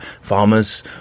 farmers